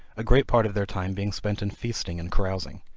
a great part of their time being spent in feasting and carousing.